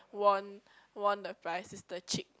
won won the prize is the chick